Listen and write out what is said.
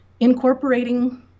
incorporating